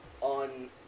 on